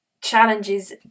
challenges